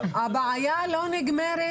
הבעיה לא נגמרת